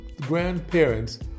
grandparents